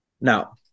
Now